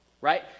right